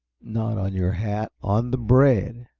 not on your hat on the bread.